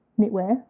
knitwear